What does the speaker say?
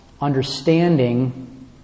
understanding